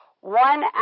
one